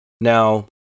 Now